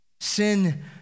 Sin